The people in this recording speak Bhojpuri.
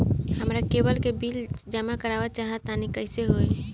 हमरा केबल के बिल जमा करावल चहा तनि कइसे होई?